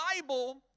Bible